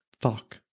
fuck